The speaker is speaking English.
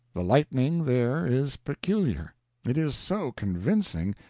the lightning there is peculiar it is so convincing,